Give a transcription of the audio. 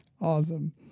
Awesome